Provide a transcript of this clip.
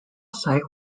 site